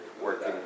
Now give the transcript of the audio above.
working